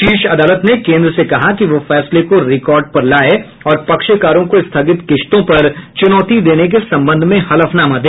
शीर्ष अदालत ने केंद्र से कहा कि वह फैसले को रिकॉर्ड पर लाए और पक्षकारों को स्थगित किश्तों पर चुनौती देने के संबंध में हलफनामा दे